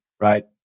right